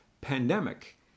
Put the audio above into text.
pandemic